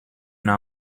una